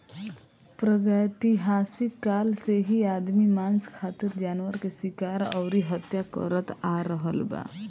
प्रागैतिहासिक काल से ही आदमी मांस खातिर जानवर के शिकार अउरी हत्या करत आ रहल बा